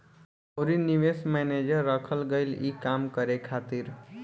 अउरी निवेश मैनेजर रखल गईल ई काम करे खातिर